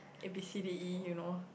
A_B_C_D_E you know